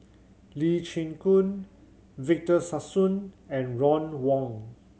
Lee Chin Koon Victor Sassoon and Ron Wong